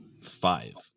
Five